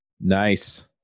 Nice